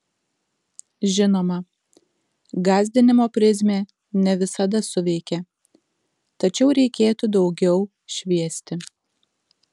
žinoma gąsdinimo prizmė ne visada suveikia tačiau reikėtų daugiau šviesti